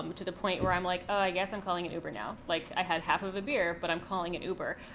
um to the point where i'm like, oh, i guess i'm calling it uber now. like i had half of a beer, but i'm calling an uber.